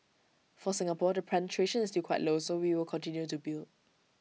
for Singapore the penetration is still quite low so we will continue to build